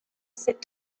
sit